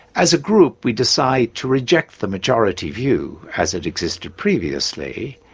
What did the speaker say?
as a group we decide to reject the majority view as it existed previously,